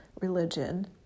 religion